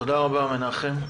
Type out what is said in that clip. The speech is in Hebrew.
תודה רבה, מנחם.